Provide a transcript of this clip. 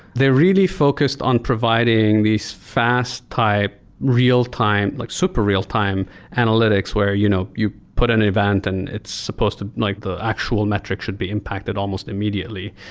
they're really focused on providing these fast type real-time, like super real-time analytics where you know you put an event and it's supposed to like the actual metric should be impacted almost immediately.